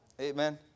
Amen